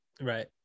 Right